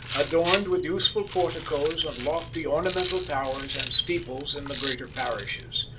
adorned with useful porticoes and lofty ornamental towers and steeples in the greater parishes.